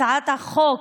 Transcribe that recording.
הצעת החוק